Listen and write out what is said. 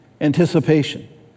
Anticipation